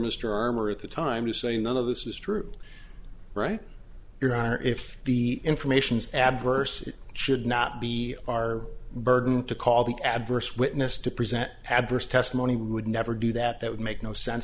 mr armorer at the time you say none of this is true right your honor if the information is adverse it should not be our burden to call the adverse witness to present adverse testimony would never do that that would make no sense